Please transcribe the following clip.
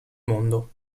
mondo